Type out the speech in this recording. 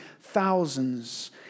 thousands